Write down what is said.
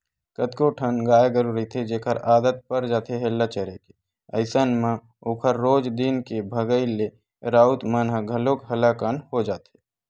कतको ठन गाय गरु रहिथे जेखर आदत पर जाथे हेल्ला चरे के अइसन म ओखर रोज दिन के भगई ले राउत मन ह घलोक हलाकान हो जाथे